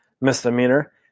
Misdemeanor